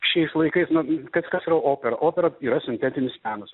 šiais laikais kas kas yra opera opera yra sintetinis menas